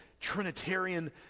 Trinitarian